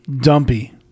Dumpy